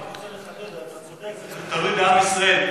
אני רק רוצה לחדד: אתה אומר שזה תלוי בעם ישראל,